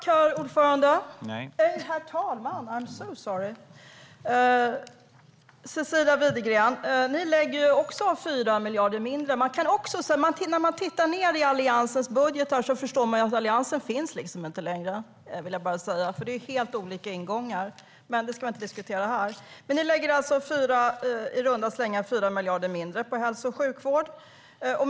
Herr talman! Moderaterna lägger också 4 miljarder mindre, Cecilia Widegren. När man tittar i Alliansens budgetar förstår man att Alliansen inte finns längre, för det är helt olika ingångar. Men det ska vi inte diskutera här. Ni lägger alltså i runda slängar 4 miljarder mindre på hälso och sjukvård.